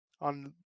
on